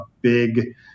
big